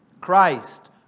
Christ